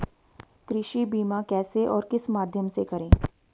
कृषि बीमा कैसे और किस माध्यम से करें?